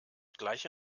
gleiche